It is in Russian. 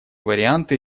варианты